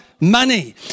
money